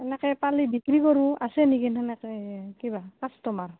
সেনেকে পালি বিক্ৰী কৰোঁ আছে নেকি সেনেকে কিবা কাষ্টমাৰ